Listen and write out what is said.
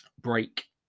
break